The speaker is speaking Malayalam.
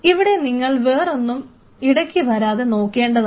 ഇവിടെ നിങ്ങൾ വേറൊന്നും ഇടയ്ക്ക് വരാതെ നോക്കേണ്ടതാണ്